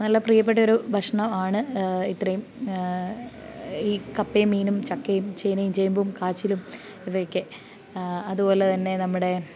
നല്ല പ്രിയപ്പെട്ടൊരു ഭക്ഷണം ആണ് ഇത്രയും ഈ കപ്പയും മീനും ചക്കയും ചേനയും ചേമ്പും കാച്ചിലും ഇവയൊക്കെ അതുപോലെ തന്നെ നമ്മുടെ